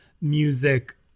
music